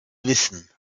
wissen